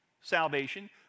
salvation